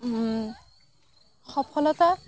সফলতা